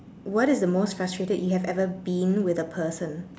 what is the most frustrated you have ever been with a person